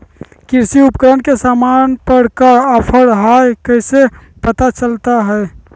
कृषि उपकरण के सामान पर का ऑफर हाय कैसे पता चलता हय?